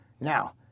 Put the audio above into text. now